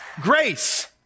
Grace